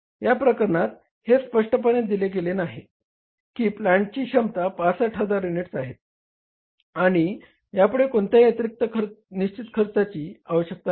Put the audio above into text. या प्रकरणात हे स्पष्टपणे दिले गेले आहे की प्लांटची क्षमता 65000 युनिट्स आहे आणि यापुढे कोणत्याही अतिरिक्त निश्चित खर्चाची आवश्यकता नाही